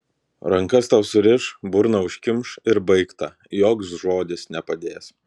rankas tau suriš burną užkimš ir baigta joks žodis nepadės